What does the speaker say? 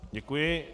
Děkuji.